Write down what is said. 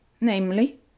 namely